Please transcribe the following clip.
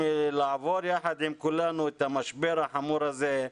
לעבור יחד עם כולנו את המשבר החמור הזה?